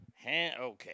Okay